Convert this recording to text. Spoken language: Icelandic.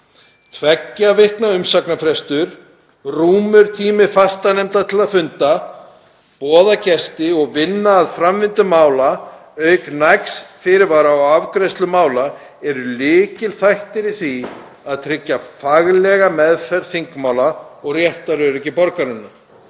Tveggja vikna umsagnarfrestur, rúmur tími fastanefnda til að funda, boða gesti og vinna að framvindu mála auk nægs fyrirvara á afgreiðslu mála eru lykilþættir í því að tryggja faglega meðferð þingmála og réttaröryggi borgaranna.